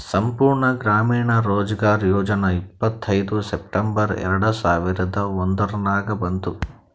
ಸಂಪೂರ್ಣ ಗ್ರಾಮೀಣ ರೋಜ್ಗಾರ್ ಯೋಜನಾ ಇಪ್ಪತ್ಐಯ್ದ ಸೆಪ್ಟೆಂಬರ್ ಎರೆಡ ಸಾವಿರದ ಒಂದುರ್ನಾಗ ಬಂತು